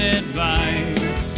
advice